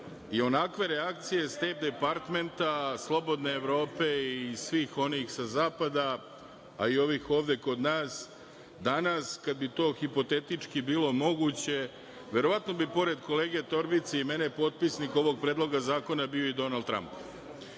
i onakve reakcije Stejt departmenta, Slobodne Evrope i svih onih sa Zapada, a i ovih ovde kod nas danas, kad bi to hipotetički bilo moguće, verovatno bi pored kolege Torbice i mene potpisnik ovog predloga zakona bio i Donald Tramp. Tako